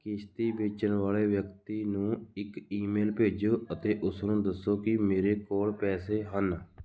ਕਿਸ਼ਤੀ ਵੇਚਣ ਵਾਲੇ ਵਿਅਕਤੀ ਨੂੰ ਇੱਕ ਈਮੇਲ ਭੇਜੋ ਅਤੇ ਉਸਨੂੰ ਦੱਸੋ ਕਿ ਮੇਰੇ ਕੋਲ ਪੈਸੇ ਹਨ